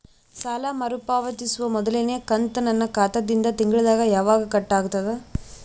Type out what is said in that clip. ಸಾಲಾ ಮರು ಪಾವತಿಸುವ ಮೊದಲನೇ ಕಂತ ನನ್ನ ಖಾತಾ ದಿಂದ ತಿಂಗಳದಾಗ ಯವಾಗ ಕಟ್ ಆಗತದ?